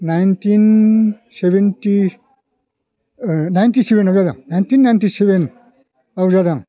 nineteen seventy ninety सेभेनाव जादां nineteen ninety सेभेनआव जादां